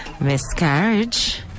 miscarriage